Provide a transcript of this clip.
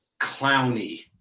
clowny